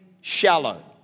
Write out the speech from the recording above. shallow